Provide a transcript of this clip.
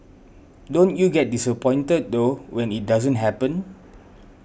don't you get disappointed though when it doesn't happen